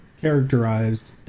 characterized